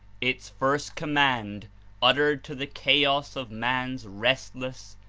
its first command uttered to the chaos of man's restless,